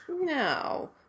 No